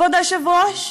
כבוד היושב-ראש?